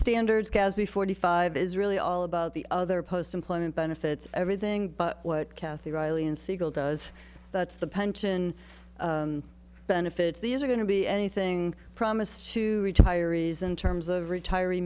standards be forty five is really all about the other post employment benefits everything but what cathy riley and siegel does that's the pension benefits these are going to be anything promised to retirees in terms of retir